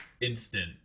instant